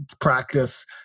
practice